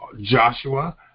Joshua